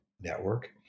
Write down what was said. network